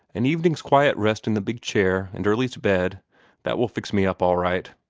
an evening's quiet rest in the big chair, and early to bed that will fix me up all right.